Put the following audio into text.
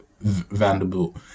Vanderbilt